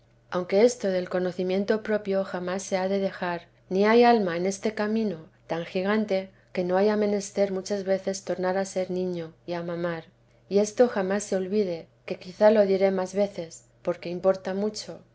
aunque esto del conocimiento teresa de jestjs propio jamás se ha de dejar ni hay alma en este camino tan gigante que no haya menester muchas veces tornar a ser niño y a mamar y esto jamás se olvide que quizá lo diré más veces porque importa mucho